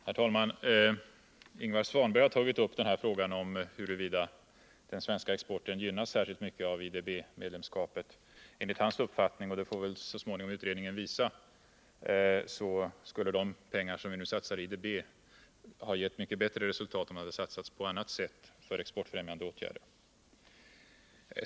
Herr talman! Ingvar Svanberg har tagit upp frågan om huruvida den svenska exporten gynnas särskilt mycket av IDB-medlemskapet. Enligt hans uppfattning skulle — och det får väl så småningom utredningen visa — de pengar som vi nu satsar i IDB ha givit mycket bättre resultat om de satsats på annat sätt för exportfrämjande åtgärder.